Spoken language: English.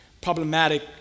problematic